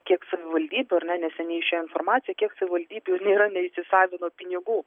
kiek savivaldybių ar ne neseniai išėjo informacija kiek savivaldybių nėra neįsisavino pinigų